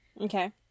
Okay